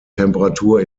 temperatur